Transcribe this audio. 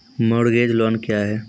Mortgage loan क्या है?